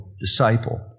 disciple